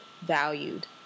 valued